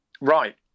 Right